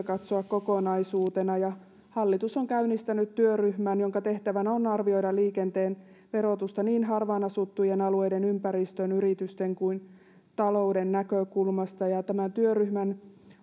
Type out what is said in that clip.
katsoa kokonaisuutena hallitus on käynnistänyt työryhmän jonka tehtävänä on arvioida liikenteen verotusta niin harvaan asuttujen alueiden ympäristön yritysten kuin talouden näkökulmasta ja tämän työryhmän